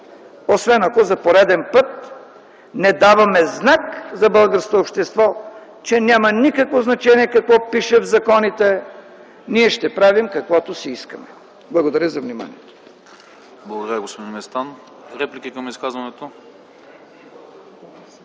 Освен ако за пореден път не даваме знак на българското общество, че няма никакво значение какво пише в законите, ние ще правим каквото си искаме. Благодаря за вниманието.